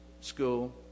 school